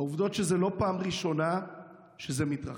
העובדה היא שזו לא פעם ראשונה שזה מתרחש.